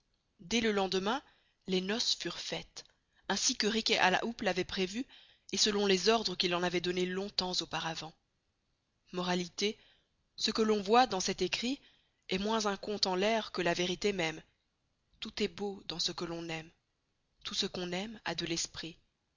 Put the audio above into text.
dés le lendemain les nopces furent faites ainsi que riquet à la houppe l'avoit prévû et selon les ordres qu'il en avoit donnez longtemps auparavant moralité ce que t on voit dans cet écrit est moins un conte en l'air que la verité même tout est beau dans ce que ton aime tout ce qu'on aime a de l'esprit